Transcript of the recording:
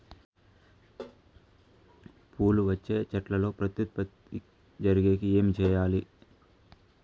పూలు వచ్చే చెట్లల్లో ప్రత్యుత్పత్తి జరిగేకి ఏమి చేయాలి?